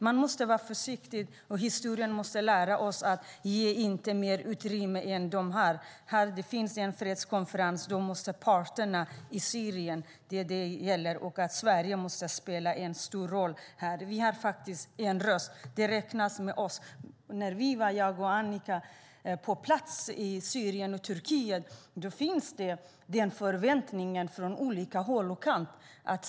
Man måste vara försiktig. Vi måste lära av historien och inte ge dem mer utrymme än de redan har. Det finns en fredskonferens, och den måste gälla parterna i Syrien. Sverige måste här ha en framträdande roll. Vi har en röst. När jag och Annika besökte Syrien och Turkiet märkte vi förväntningarna på Sverige från olika håll.